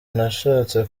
nashatse